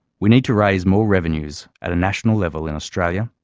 we need to raise more revenues at a national level in australia,